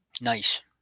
Nice